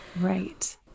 Right